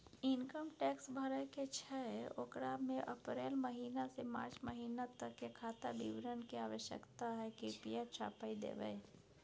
Income tax भरय के छै ओकरा में अप्रैल महिना से मार्च महिना तक के खाता विवरण के आवश्यकता हय कृप्या छाय्प देबै?